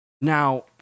Now